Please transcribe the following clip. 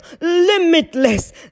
limitless